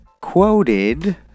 quoted